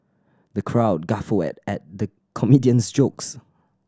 the crowd guffawed at the comedian's jokes